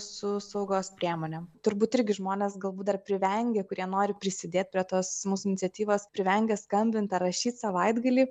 su saugos priemonėm turbūt irgi žmonės galbūt dar privengia kurie nori prisidėt prie tos mūsų iniciatyvos privengia skambint ar rašyt savaitgalį